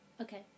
Okay